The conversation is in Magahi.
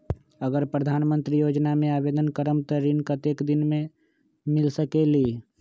अगर प्रधानमंत्री योजना में आवेदन करम त ऋण कतेक दिन मे मिल सकेली?